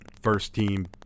first-team